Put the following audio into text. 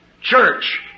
Church